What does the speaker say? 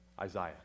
Isaiah